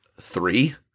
Three